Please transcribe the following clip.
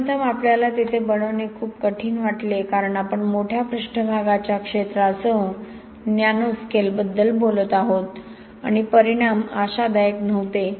सर्वप्रथम आपल्याला तेथे बनवणे खूप कठीण वाटले कारण आपण मोठ्या पृष्ठभागाच्या क्षेत्रासह नॅनो स्केलबद्दल बोलत आहोत आणि परिणाम आशादायक नव्हते